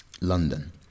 London